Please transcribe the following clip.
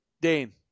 Dane